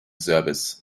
service